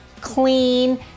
clean